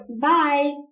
Bye